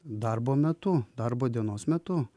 darbo metu darbo dienos metu